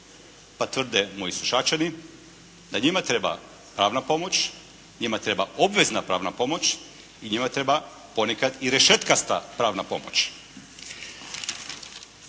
pa tvrde moji sušačani da njima treba pravna pomoć, njima treba obvezna pravna pomoć i njima treba ponekad i rešetkasta pravna pomoć.